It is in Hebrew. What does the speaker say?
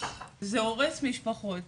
זה הורס משפחות,